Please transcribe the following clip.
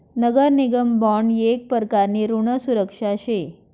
नगर निगम बॉन्ड येक प्रकारनी ऋण सुरक्षा शे